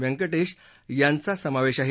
व्यंकटेश यांचा समावेश आहे